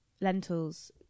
lentils